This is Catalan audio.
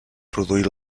produir